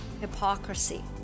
hypocrisy